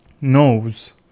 knows